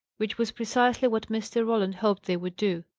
which was precisely what mr. roland hoped they would do.